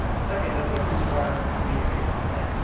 second, that's going to require communication, right?